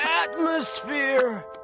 Atmosphere